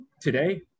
today